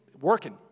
working